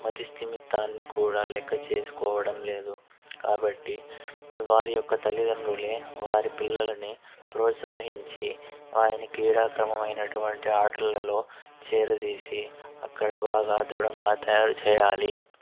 మతిస్థిమితాన్ని కూడా లెక్క చేసుకోవడం లేదు కాబట్టి వారి యొక్క తల్లిదండ్రులే వారి పిల్లలని ప్రోత్సాహించి వారిని క్రీడా క్రమం అయినటువంటి ఆటలలో చేరదీసి అక్కడ బాగా దృఢంగా తయారు చేయాలి